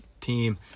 team